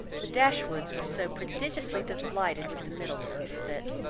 the dashwoods were so prodigiously delighted with the middletons, that,